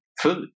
food